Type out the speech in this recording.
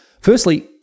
firstly